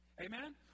Amen